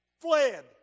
fled